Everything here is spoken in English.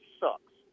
sucks